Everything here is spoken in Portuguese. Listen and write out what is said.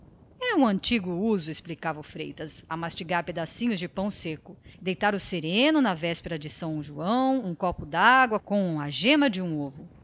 um antigo uso explicava o freitas a mastigar pedacinhos de pão consiste em deitar ao sereno na noite de são joão um copo de água com a gema de um ovo